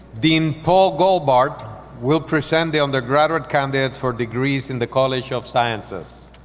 dean paul goldbart will present the undergraduate candidates for degrees in the college of sciences.